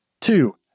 Two